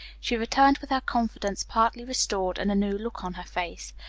she returned with her confidence partly restored and a new look on her face.